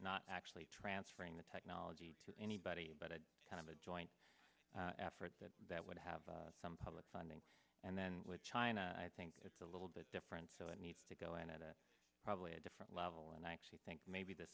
not actually transferring the technology to anybody but it kind of a joint effort that that would have some public funding and then with china i think it's a little bit different so it needs to go in at a probably a different level and i actually think maybe the